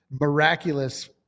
miraculous